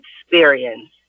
experience